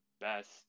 best